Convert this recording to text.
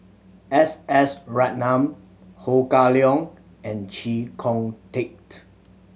S S Ratnam Ho Kah Leong and Chee Kong Tet